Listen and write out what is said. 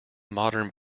modern